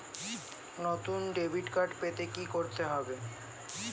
নতুন debit card পেতে কী করতে হবে?